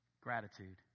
Gratitude